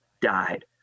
died